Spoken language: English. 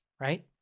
right